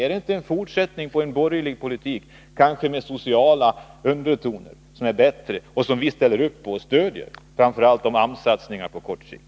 Är det inte en fortsättning på en borgerlig politik, kanske med sociala undertoner, som är bättre och som vi ställer upp på och stöder, framför allt AMS-satsningar på kort sikt.